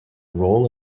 role